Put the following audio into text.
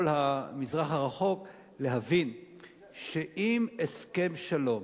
כל המזרח הרחוק, להבין שאם הסכם שלום